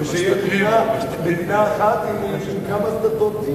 ושתהיה מדינה אחת עם כמה דתות,